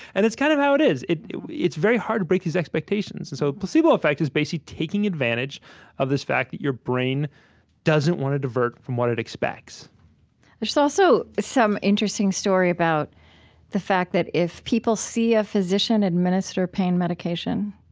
and that's kind of how it is. it's very hard to break these expectations. and so, placebo effect is basically taking advantage of this fact that your brain doesn't want to divert from what it expects there's also some interesting story about the fact that if people see a physician administer pain medication,